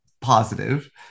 positive